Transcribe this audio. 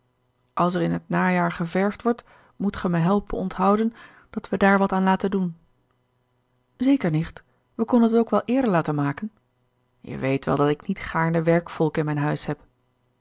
als er in t najaar geverfd wordt moet ge me helpen onthouden dat we daar wat aan laten doen zeker nicht we konden het ook wel eerder laten maken je weet wel dat ik niet gaarne werkvolk in mijn huis heb